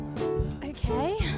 Okay